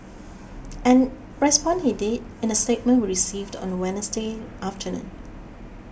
and respond he did in a statement we received on the Wednesday afternoon